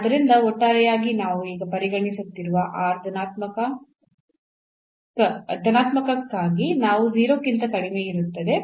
ಆದ್ದರಿಂದ ಒಟ್ಟಾರೆಯಾಗಿ ನಾವು ಈಗ ಪರಿಗಣಿಸುತ್ತಿರುವ r ಧನಾತ್ಮಕಕ್ಕಾಗಿ ಇದು 0 ಕ್ಕಿಂತ ಕಡಿಮೆಯಿರುತ್ತದೆ